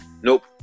Nope